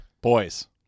Boys